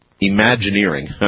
Imagineering